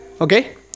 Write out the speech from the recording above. okay